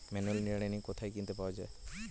Manual নিড়ানি কোথায় কিনতে পাওয়া যায়?